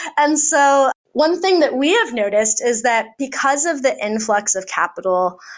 and so one thing that we have noticed is that because of the influx of capital,